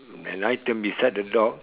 an item beside the dog